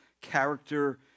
character